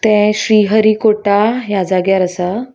तें श्रीहरीकोटा ह्या जाग्यार आसा